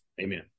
Amen